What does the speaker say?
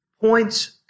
points